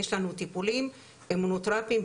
יש לנו טיפולים אימונותרפים,